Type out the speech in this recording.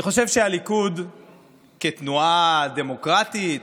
אני חושב שהליכוד כתנועה דמוקרטית,